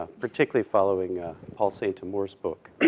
ah particularly following paul saint amour's book.